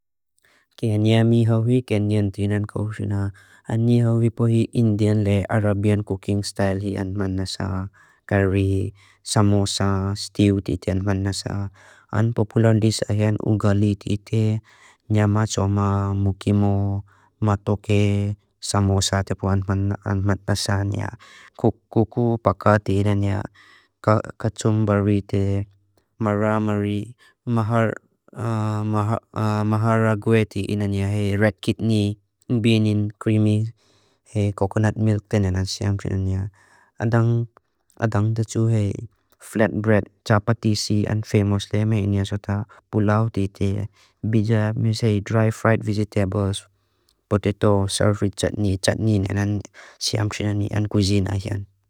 Kenyan mi hauwi kenyan tinan kauxina. A ni hauwi puhi indian le arabian cooking style hi an man nasa. Kari, samosa, stew titi an man nasa. An populan lisa hian ugali titi. Nya ma cho ma mukimo ma toke samosa te puan an mat nasanya. Kukupaka ti inania kacumbari te maramari, maharagwe ti inania he red kidney, bean in creamy, he coconut milk te nena siamsina nia. Adang adang te tuhe, flat bread, chapati si, an famous le me inia sota, pulau titi, bija, misei, dry fried vegetables, potato, serve with chutney, chutney nena siamsina ni an cuisine a hi an.